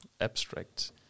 abstract